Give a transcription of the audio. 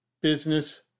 business